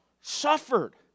suffered